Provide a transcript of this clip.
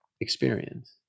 experience